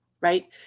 right